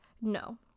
No